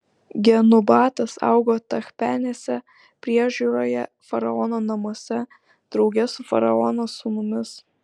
genubatas augo tachpenesės priežiūroje faraono namuose drauge su faraono sūnumis